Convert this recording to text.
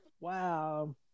Wow